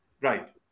Right